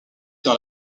dans